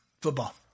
Football